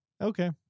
Okay